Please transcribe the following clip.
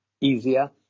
easier